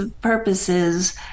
purposes